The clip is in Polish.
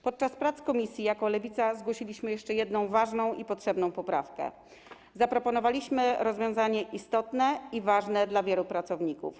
Podczas prac komisji jako Lewica zgłosiliśmy jeszcze jedną ważną i potrzebną poprawkę, zaproponowaliśmy rozwiązanie istotne i ważne dla wielu pracowników.